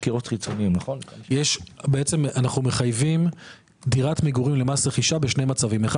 אנחנו מחייבים דירת מגורים במס רכישה בשני מצבים: א',